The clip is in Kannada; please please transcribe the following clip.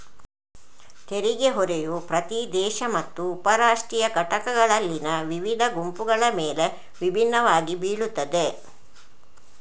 ತೆರಿಗೆ ಹೊರೆಯು ಪ್ರತಿ ದೇಶ ಮತ್ತು ಉಪ ರಾಷ್ಟ್ರೀಯ ಘಟಕಗಳಲ್ಲಿನ ವಿವಿಧ ಗುಂಪುಗಳ ಮೇಲೆ ವಿಭಿನ್ನವಾಗಿ ಬೀಳುತ್ತದೆ